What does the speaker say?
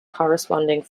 corresponding